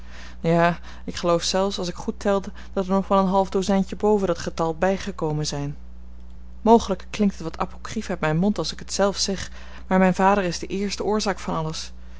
ja ik geloof zelfs als ik goed telde dat er nog wel een half dozijntje boven dat getal bij gekomen zijn mogelijk klinkt het wat apocrief uit mijn mond als ik het zelf zeg maar mijn vader is de eerste oorzaak van alles